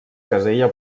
casella